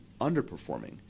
underperforming